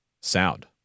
sound